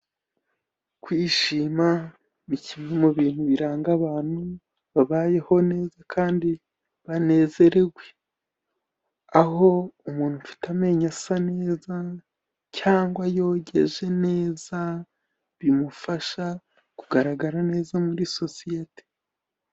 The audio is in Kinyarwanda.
Kwishima ni kimwe mu bintu biranga abantu babayeho neza , kandi banezerewe. Aho umuntu ufite amenyo asa neza cyangwa yogeje neza bimufasha kugaragara neza muri sosiyete.